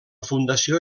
fundació